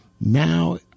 Now